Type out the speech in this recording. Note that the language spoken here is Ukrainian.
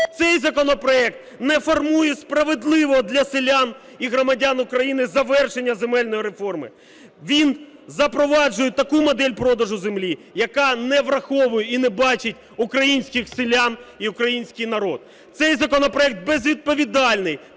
Цей законопроект не формує справедливого для селян і громадян України завершення земельної реформи. Він запроваджує таку модель продажу землі, яка не враховує і не бачить українських селян і український народ. Цей законопроект безвідповідальний